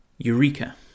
Eureka